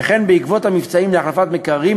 וכן בעקבות המבצעים להחלפת מקררים,